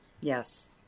Yes